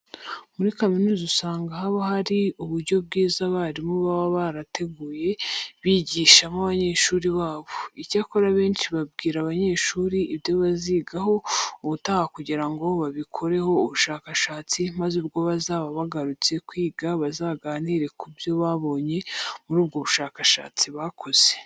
Muri kaminuza usanga haba hari uburyo bwiza abarimu baba barateguye bigishamo abanyeshuri babo. Icyakora abenshi babwira abanyeshuri ibyo bazigaho ubutaha kugira ngo babikoraho ubushakashatsi maze ubwo bazaba bagarutse kwiga bazaganire ku byo babonye muri ubwo bushakashatsi bakoze.